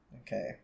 Okay